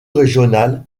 régional